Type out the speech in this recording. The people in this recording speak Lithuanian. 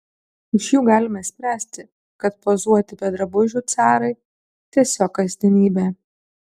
iš jų galime spręsti kad pozuoti be drabužių carai tiesiog kasdienybė